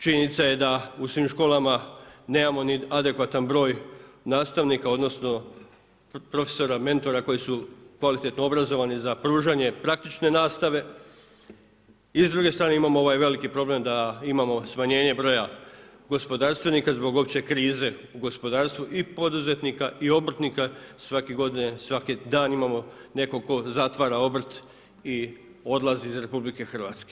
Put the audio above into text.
Činjenica je da u svim školama nemamo adekvatan broj nastavnika, odnosno prof., mentora, koji su kvalitetno obrazovani za pružanje praktične nastave i s druge strane imamo ovaj veliki problem da imamo smanjenje broja gospodarstvenika zbog opće krize u gospodarstvu i poduzetnika i obrtnika, svake godine, svaki dan imamo nekog tko zatvara obrt i odlazi iz RH.